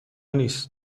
نیست